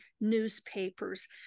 newspapers